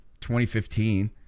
2015 –